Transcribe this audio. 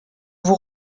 vous